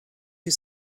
you